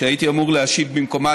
שהייתי אמור להשיב במקומה,